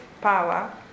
power